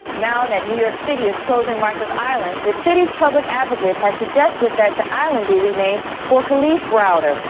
now that new york city is closing rikers island, the city's public advocate has suggested that the island be renamed for kalief browder.